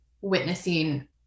witnessing